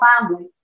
family